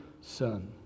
son